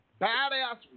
badass